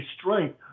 strength